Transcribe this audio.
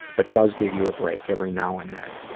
but does give you a break every now and then.